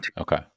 Okay